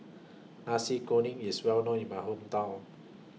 Nasi Kuning IS Well known in My Hometown